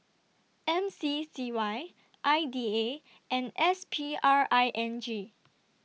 M C C Y I D A and S P R I N G